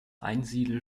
einsiedel